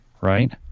Right